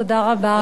תודה רבה,